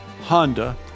Honda